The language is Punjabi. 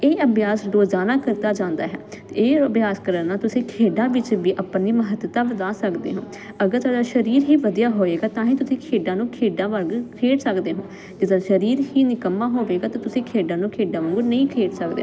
ਇਹ ਅਭਿਆਸ ਰੋਜ਼ਾਨਾ ਕਰਦਾ ਜਾਂਦਾ ਹੈ ਇਹ ਅਭਿਆਸ ਕਰਨ ਨਾਲ ਤੁਸੀਂ ਖੇਡਾਂ ਵਿੱਚ ਵੀ ਆਪਣੀ ਮਹੱਤਤਾ ਵਧਾ ਸਕਦੇ ਹੋ ਅਗਰ ਤੁਹਾਡਾ ਸਰੀਰ ਹੀ ਵਧੀਆ ਹੋਏਗਾ ਤਾਂ ਹੀ ਤੁਸੀਂ ਖੇਡਾਂ ਨੂੰ ਖੇਡਾਂ ਵਾਂਗ ਖੇਡ ਸਕਦੇ ਹੋ ਜੇਕਰ ਸਰੀਰ ਹੀ ਨਿਕੰਮਾ ਹੋਵੇਗਾ ਤਾਂ ਤੁਸੀਂ ਖੇਡਾਂ ਨੂੰ ਖੇਡਾਂ ਵਾਂਗੂ ਨਹੀਂ ਖੇਡ ਸਕਦੇ